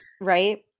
Right